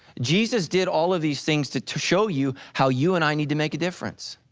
jesus did all of these things to to show you how you and i need to make a difference.